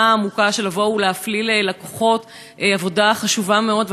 העמוקה של הפללת לקוחות היא חשובה מאוד.